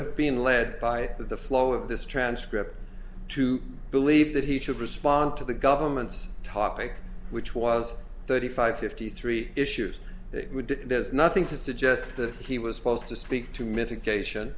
have been led by the flow of this transcript to believe that he should respond to the government's topic which was thirty five fifty three issues it would there's nothing to suggest that he was supposed to speak to mitigation